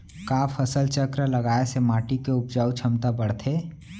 का फसल चक्र लगाय से माटी के उपजाऊ क्षमता बढ़थे?